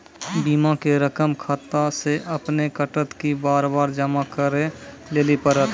बीमा के रकम खाता से अपने कटत कि बार बार जमा करे लेली पड़त?